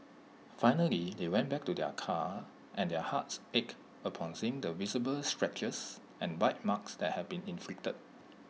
finally they went back to their car and their hearts ached upon seeing the visible scratches and bite marks that had been inflicted